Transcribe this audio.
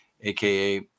aka